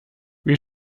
wie